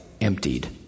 emptied